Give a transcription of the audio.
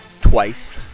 Twice